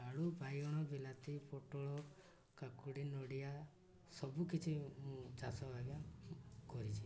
ଆଳୁ ବାଇଗଣ ବିଲାତି ପୋଟଳ କାକୁଡ଼ି ନଡ଼ିଆ ସବୁକିଛି ଚାଷ ଆଜ୍ଞା କରିଛି